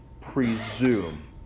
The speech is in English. presume